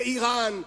באירן,